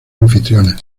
anfitriona